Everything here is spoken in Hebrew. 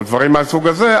או דברים מהסוג הזה,